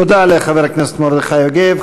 תודה לחבר הכנסת מרדכי יוגב.